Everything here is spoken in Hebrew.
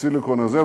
הסיליקון הזה,